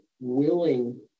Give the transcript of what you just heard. willing